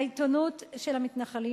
העיתונות של המתנחלים,